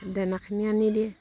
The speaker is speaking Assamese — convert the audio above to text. দেনাখিনি আনি দিয়ে